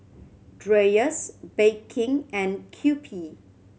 Dreyers Bake King and Kewpie